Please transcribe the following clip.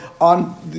on